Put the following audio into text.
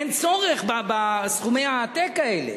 אין צורך בסכומי העתק האלה.